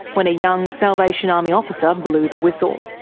when a young salvation army officer blew the whistle.